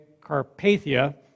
Carpathia